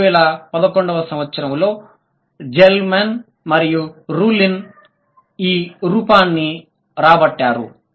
2011 లో జెల్మాన్ మరియు రులిన్ ఈ రూపాన్ని రాబట్టారు